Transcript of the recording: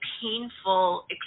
painful